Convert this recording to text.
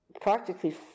practically